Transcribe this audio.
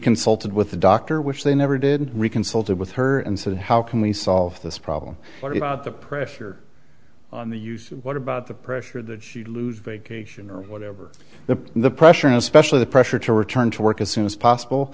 rican sultan with the doctor which they never did re consulted with her and said how can we solve this problem what about the pressure on the use what about the pressure that should lose vacation or whatever the the pressure and especially the pressure to return to work as soon as possible